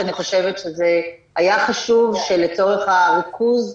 כי אני חושבת שזה היה חשוב שלצורך הריכוז,